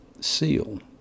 seal